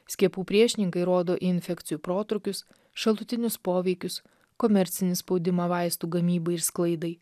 skiepų priešininkai rodo infekcijų protrūkius šalutinius poveikius komercinį spaudimą vaistų gamybai ir sklaidai